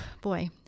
boy